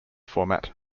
format